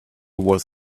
was